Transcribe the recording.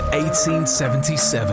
1877